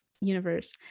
Universe